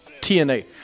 TNA